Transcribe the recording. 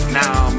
now